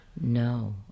No